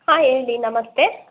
ಹಾಂ ಹೇಳಿ ನಮಸ್ತೆ